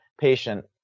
patient